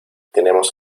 tenemos